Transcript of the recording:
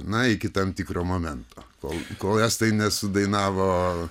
na iki tam tikro momento kol estai nesudainavo